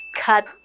cut